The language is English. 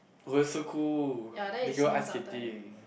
oh that's so cool then can go ice skating